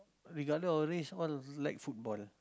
regardless of race all like football